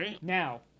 Now